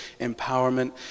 empowerment